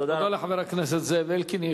תודה לחבר הכנסת זאב אלקין.